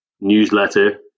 newsletter